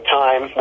time